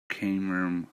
cameroon